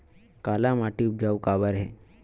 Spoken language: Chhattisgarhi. काला माटी उपजाऊ काबर हे?